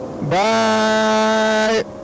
Bye